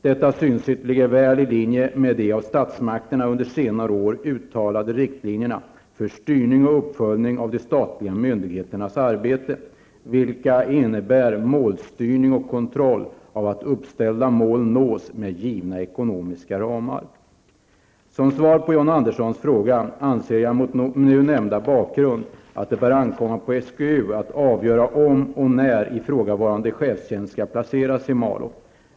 Detta synsätt ligger väl i linje med de av statsmakterna under senare år uttalade riktlinjerna för styrning och uppföljning av de statliga myndigheternas arbete, vilka innebär målstyrning och kontroll av att uppställda mål nås med givna ekonomiska ramar. Som svar på John Anderssons fråga anser jag mot nämnda bakgrund att det bör ankomma på SGU att avgöra om och när ifrågavarande chefstjänst skall placeras i Malå.